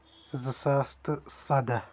زٕ ساس تہٕ سَداہ